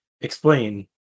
explain